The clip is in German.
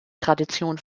tradition